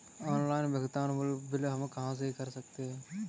Offline bill भुगतान हम कहां कर सकते हैं?